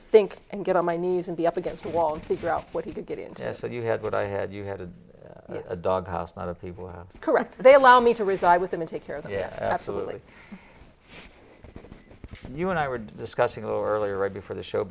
think and get on my knees and be up against a wall and figure out what he could get into so you had what i had you had a dog house a lot of people correct they allow me to reside with them and take care of the yes absolutely you and i were discussing horribly right before the show